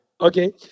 Okay